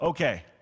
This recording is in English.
Okay